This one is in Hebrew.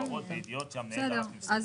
הבהרות וידיעות שהמנהל דרש למסור לו".